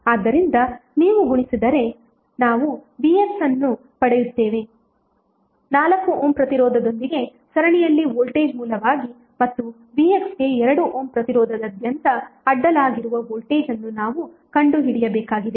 ಆದ್ದರಿಂದ ನೀವು ಗುಣಿಸಿದರೆ ನಾವು vxಅನ್ನು ಪಡೆಯುತ್ತೇವೆ 4 ಓಮ್ ಪ್ರತಿರೋಧದೊಂದಿಗೆ ಸರಣಿಯಲ್ಲಿ ವೋಲ್ಟೇಜ್ ಮೂಲವಾಗಿ ಮತ್ತು vx ಗೆ 2 ಓಮ್ ಪ್ರತಿರೋಧದಾದ್ಯಂತ ಅಡ್ಡಲಾಗಿರುವ ವೋಲ್ಟೇಜ್ ಅನ್ನು ನಾವು ಕಂಡುಹಿಡಿಯಬೇಕಾಗಿದೆ